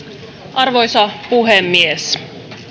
arvoisa puhemies